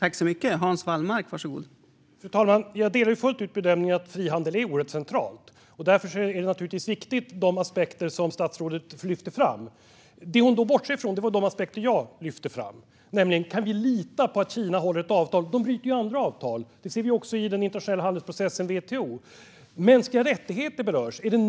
Fru talman! Jag delar fullt ut bedömningen att frihandel är oerhört centralt. Därför är naturligtvis de aspekter som statsrådet lyfter fram oerhört viktiga. Men det hon då bortser från är de aspekter som jag lyfte fram, nämligen om vi kan lita på att Kina håller ett avtal. De bryter ju andra avtal. Det ser vi också i den internationella handelsprocessen och WTO. Mänskliga rättigheter berörs.